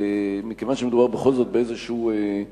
מכיוון שמדובר בכל זאת באיזה אירוע,